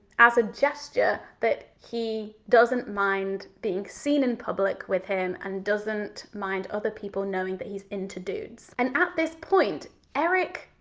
as a gesture that he doesn't mind being seen in public with him and doesn't mind other people knowing that he's into dudes. and at this point, eric,